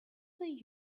they